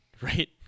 right